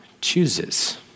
chooses